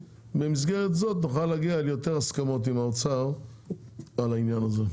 במסגרת זו נוכל להגיע ליותר הסכמות עם האוצר על העניין הזה.